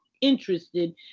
interested